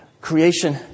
creation